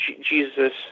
Jesus